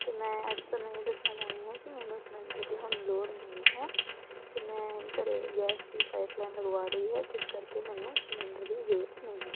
ਅਤੇ ਮੈਂ ਅੱਜ ਤੁਹਾਨੂੰ ਇਹ ਦੱਸਣਾ ਚਾਹੁੰਦੀ ਹਾਂ ਕਿ ਮੈਨੂੰ ਸਿਲੰਡਰ ਦੀ ਹੁਣ ਲੋੜ ਨਹੀਂ ਹੈ ਅਤੇ ਮੈਂ ਘਰੇ ਗੈਸ ਦੀ ਪਾਈਪਲਾਈਨ ਲਗਵਾ ਲਈ ਹੈ ਜਿਸ ਕਰਕੇ ਮੈਨੂੰ ਸਿਲੰਡਰ ਦੀ ਜ਼ਰੂਰਤ ਨਹੀਂ